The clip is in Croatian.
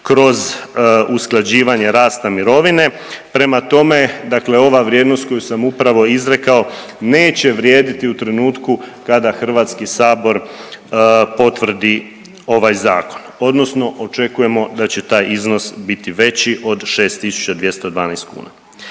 kroz usklađivanje rasta mirovine, prema tome dakle ova vrijednost koju sam upravo izrekao neće vrijediti u trenutku kada Hrvatski sabor potvrdi ovaj zakon odnosno očekujemo da će taj iznos biti veći od 6.212,00 kuna.